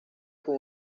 con